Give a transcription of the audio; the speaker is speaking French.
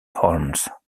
holmes